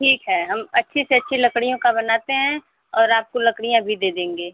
ठीक है हम अच्छी से अच्छी लकड़ियों का बनाते हैं और आपको लकड़ियाँ भी दे देंगे